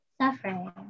suffering